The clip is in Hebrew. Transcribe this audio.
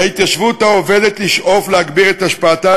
על ההתיישבות העובדת לשאוף להגביר את השפעתה